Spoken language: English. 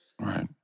Right